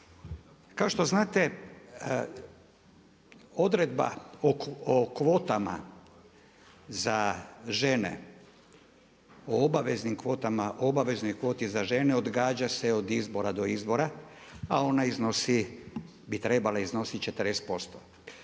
Kao što znate odredba o kvotama za žene, o obaveznim kvotama, obaveznoj kvoti za žene odgađa se od izbora do izbora, a ona iznosi, bi trebala iznositi 40%.